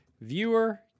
Viewer